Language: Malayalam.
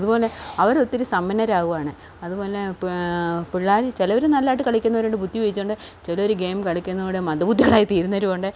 അതുപോലെ അവർ ഒത്തിരി സമ്പന്നരാവുകയാണ് അതുപോലെ പിള്ളാരിൽ ചിലവർ നല്ലതായിട്ട് കളിക്കുന്നവരുണ്ട് ബുദ്ധി ഉപയോഗിച്ചു കൊണ്ട് ചിലവർ ഗെയിം കളിക്കുന്നതിലൂടെ മന്ദബുദ്ധികളായി തീരുന്നവരുമുണ്ട്